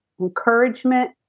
encouragement